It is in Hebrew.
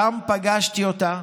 שם פגשתי אותה,